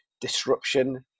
disruption